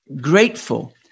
grateful